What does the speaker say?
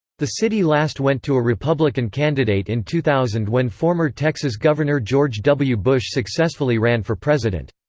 the city last went to a republican candidate in two thousand when former texas governor george w. bush successfully ran for president.